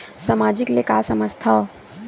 सामाजिक ले का समझ थाव?